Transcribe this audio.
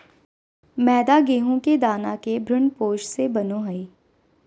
मैदा गेहूं के दाना के भ्रूणपोष से बनो हइ